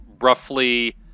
roughly